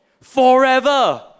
forever